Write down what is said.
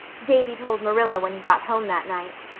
davy told marilla when he got home that night.